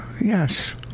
Yes